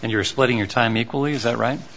and you're splitting your time equally is that right